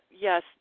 yes